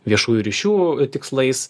viešųjų ryšių tikslais